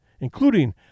including